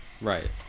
right